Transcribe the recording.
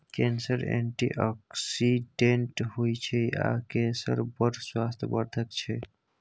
केसर एंटीआक्सिडेंट होइ छै आ केसर बड़ स्वास्थ्य बर्धक छै